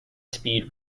speed